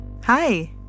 Hi